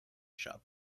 shop